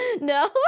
No